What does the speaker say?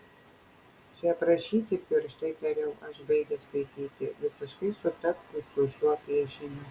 čia aprašyti pirštai tariau aš baigęs skaityti visiškai sutaptų su šiuo piešiniu